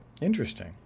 Interesting